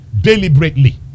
Deliberately